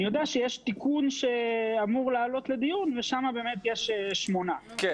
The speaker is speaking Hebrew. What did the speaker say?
אני יודע שיש תיקון שאמור לעלות לדיון ושם באמת מדובר בשמונה ילדים.